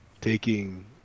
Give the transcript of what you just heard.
taking